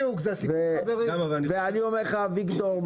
ואני אומר לך אביגדור,